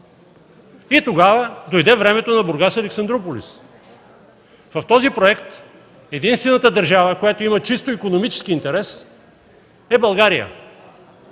Тогава дойде времето на „Бургас – Александруполис”. В този проект единствената държава, която има чисто икономически интерес, е България